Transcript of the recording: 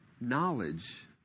knowledge